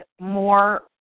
more